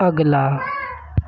اگلا